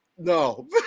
No